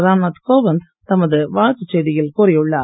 ராம்நாத் கோவிந்த் தமது வாழ்த்து செய்தியில் கூறியுள்ளார்